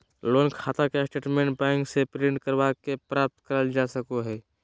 loan खाता के statement bank से प्रिंट करवा के प्राप्त करल जा सको हय